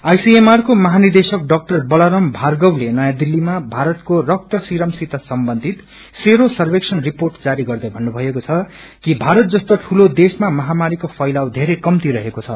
ICMR को महानिदेश ड़ा बलराम भार्गवले नयाँ दिल्तीमा भारतको रक्तसिरमसित सम्बन्धित सेरो सर्वेक्षण रिर्पोट जारी गर्दै भन्नुभएको छ कि भारत जस्तो दूलो देशमा महामरीको फैलाउ धेरै कम्ती रहेको छ